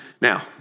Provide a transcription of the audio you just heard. Now